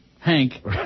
Hank